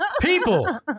People